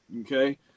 okay